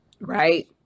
Right